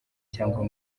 cyangwa